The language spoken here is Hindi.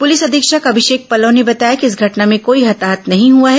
पुलिस अधीक्षक अभिषेक पल्लव ने बताया कि इसे घटना में कोई हताहत नहीं हुआ है